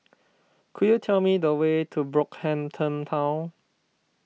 could you tell me the way to Brockhampton Town